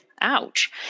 Ouch